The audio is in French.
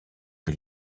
que